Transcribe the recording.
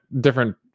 different